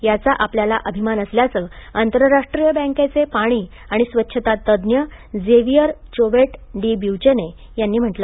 याचा आपल्याला अभिमान असल्याचे आंतरराष्ट्रीय बँकेचे पाणी आणि स्वच्छता तज्ञ झेव्हिअर चौव्हेट डी ब्युचेने यांनी सांगितले